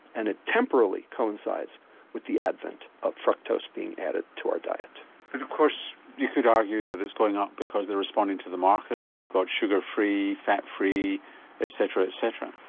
and it temporarily coincides with the advent of fructose being added to our diet. and but of course you could argue that it's going up because they are responding to the market and they've got sugar-free, fat-free etc. etc.